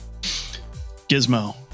Gizmo